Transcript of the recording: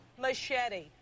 Machete